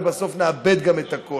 ובסוף נאבד גם את הכול,